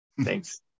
Thanks